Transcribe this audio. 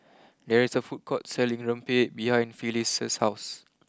there is a food court selling Rempeyek behind Phyliss house